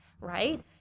right